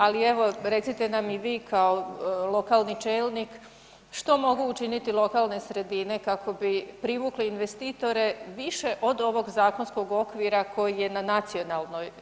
Ali evo recite nam i vi kao lokalni čelnik što mogu učiniti lokalne sredine kako bi privukli investitore više od ovog zakonskog okvira koji je na nacionalnoj razini?